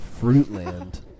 Fruitland